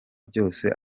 byose